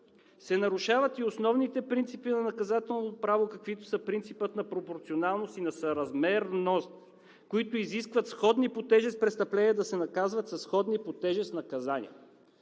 нарушават се основните принципи на наказателното право, каквито са принципът на пропорционалност и на съ-раз-мер-ност, които изискват сходни по тежест престъпления, да се наказват със сходни по тежест наказания.